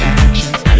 actions